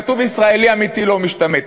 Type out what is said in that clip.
כתוב "ישראלי אמיתי לא משתמט".